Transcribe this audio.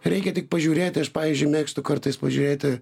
reikia tik pažiūrėti aš pavyzdžiui mėgstu kartais pažiūrėti